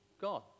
God